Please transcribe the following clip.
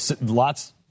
Lots